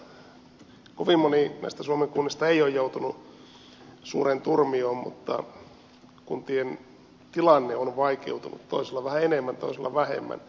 kovin moni näistä suomen kunnista ei ole joutunut suureen turmioon mutta kuntien tilanne on vaikeutunut toisilla vähän enemmän toisilla vähemmän